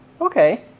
Okay